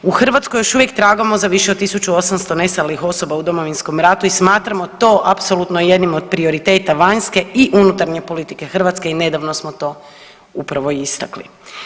U Hrvatskoj još uvijek tragamo za više od 1800 nestalih osoba u Domovinskom ratu i smatramo to apsolutno jednim od prioriteta vanjske i unutarnje politike Hrvatske i nedavno smo to upravo i istakli.